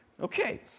Okay